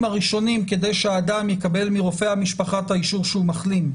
הראשונים כדי שאדם יקבל מרופא המשפחה את האישור שהוא מחלים,